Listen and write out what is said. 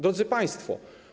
Drodzy Państwo!